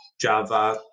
Java